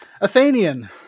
Athenian